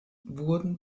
wurden